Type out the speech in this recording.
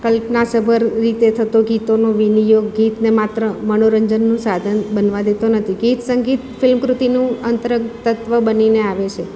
કલ્પનાસભર રીતે થતું ગીતોનું વિનિયોગ ગીતને માત્ર મનોરંજનનું સાધન બનવા દેતો નથી ગીત સંગીત ફિલ્મ કૃતિનું અંત્ર તત્ત્વ બનીને આવે છે